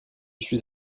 suis